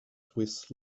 swiss